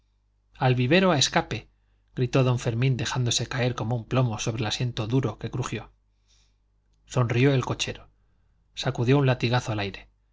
al vivero a escape gritó don fermín dejándose caer como un plomo sobre el asiento duro que crujió sonrió el cochero sacudió un latigazo al aire